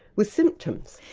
with symptoms.